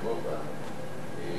ועדת המשנה יש